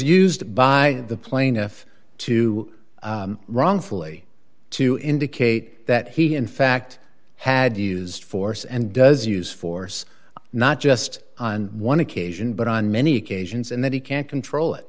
used by the plaintiff to wrongfully to indicate that he in fact had used force and does use force not just on one occasion but on many occasions and then he can't control it